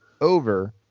over